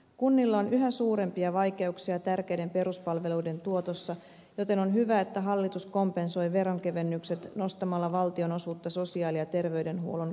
kunnilla on yhä suurempia vaikeuksia tärkeiden peruspalveluiden tuotossa joten on hyvä että hallitus kompensoi veronkevennykset nostamalla valtion osuutta sosiaali ja terveydenhuollon käyttökustannuksista